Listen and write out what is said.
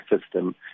system